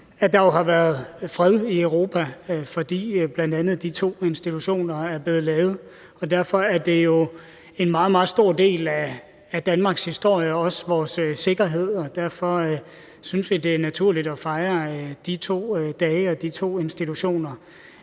at der jo har været fred i Europa, fordi bl.a. de to institutioner er blevet lavet, og derfor er de jo en meget, meget stor del af Danmarks historie og også vores sikkerhed. Derfor synes vi, det er naturligt at fejre de to dage